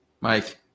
Mike